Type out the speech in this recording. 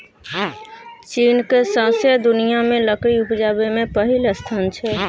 चीनक सौंसे दुनियाँ मे लकड़ी उपजाबै मे पहिल स्थान छै